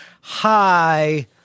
hi